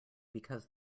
because